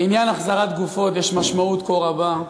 לעניין החזרת גופות יש משמעות כה רבה.